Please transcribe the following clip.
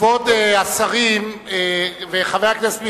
כבוד השרים וחבר הכנסת מיכאלי,